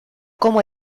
como